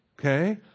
okay